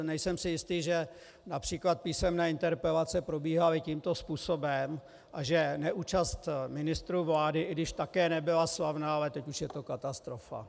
Nejsem si jistý, že například písemné interpelace probíhaly tímto způsobem a že neúčast ministrů vlády, i když také nebyla slavná, ale teď už je to katastrofa.